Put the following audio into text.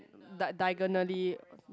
di~ diagonally